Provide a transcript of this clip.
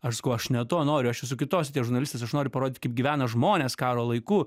aš sakau aš ne to noriu aš esu kitoks žurnalistas aš noriu parodyti kaip gyvena žmonės karo laiku